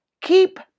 keep